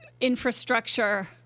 Infrastructure